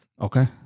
Okay